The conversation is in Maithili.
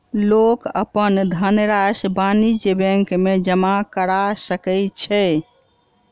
लोक अपन धनरशि वाणिज्य बैंक में जमा करा सकै छै